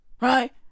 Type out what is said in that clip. Right